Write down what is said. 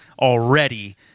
already